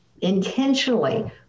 intentionally